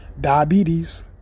diabetes